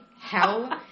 hell